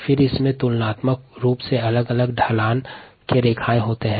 यहाँ तुलनात्मक रूप में अलग अलग ढलान रेखाएँ है